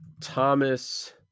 Thomas